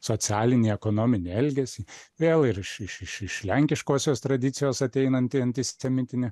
socialinį ekonominį elgesį vėl ir iš iš iš iš lenkiškosios tradicijos ateinanti antisemitinė